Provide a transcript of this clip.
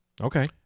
Okay